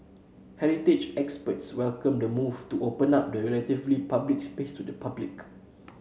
heritage experts welcomed the move to open up the relatively private space to the public